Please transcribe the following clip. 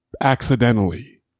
accidentally